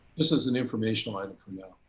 this is an informational item.